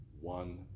one